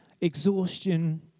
exhaustion